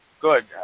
good